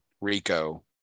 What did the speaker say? Rico